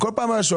כל פעם אמרו: